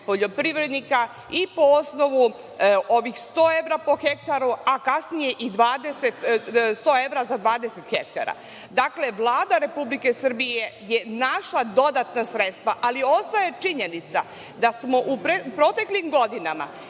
poljoprivrednika i po osnovu ovih 100 evra po hektaru, a kasnije 100 evra za 20 ha. Dakle, Vlada Republike Srbije je našla dodatna sredstva, ali ostaje činjenica da smo u proteklim godinama